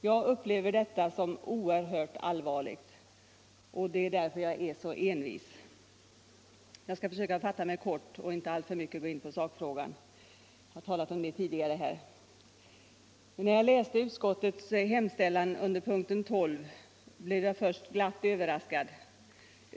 Jag upplever detta som oerhört allvarligt, och det är därför jag är så envis. Jag skall försöka fatta mig kort och inte alltför mycket gå in på sakfrågan - jag har tidigare talat om den här i kammaren. När jag läste utskottets hemställan under punkten 12, blev jag först glatt överraskad.